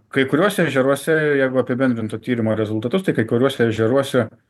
kai kuriuose ežeruose jeigu apibendrint tų tyrimų rezultatus tai kai kuriuose ežeruose